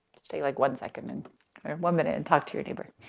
just take like one second and or one minute and talk to your neighbor.